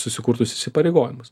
susikurtus įsipareigojimus